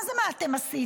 מה זה מה אתם עשיתם?